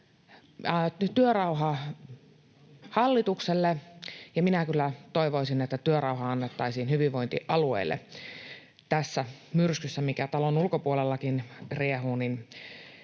työrauha hallitukselle, ja minä kyllä toivoisin, että työrauha annettaisiin hyvinvointialueille. Tämä myrsky, mikä talon ulkopuolellakin riehuu,